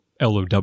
LOW